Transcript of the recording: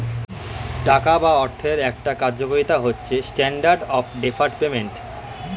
টাকা বা অর্থের একটা কার্যকারিতা হচ্ছে স্ট্যান্ডার্ড অফ ডেফার্ড পেমেন্ট